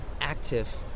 active